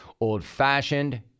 Old-fashioned